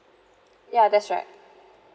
ya that's right